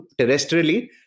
terrestrially